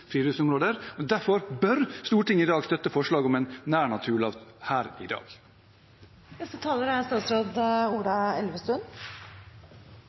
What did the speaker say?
og derfor bør Stortinget i dag støtte forslaget om en nærnaturlov.